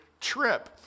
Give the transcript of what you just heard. trip